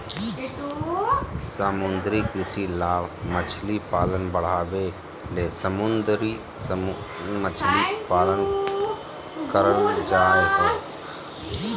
समुद्री कृषि लाभ मछली पालन बढ़ाबे ले समुद्र मछली पालन करल जय हइ